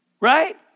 Right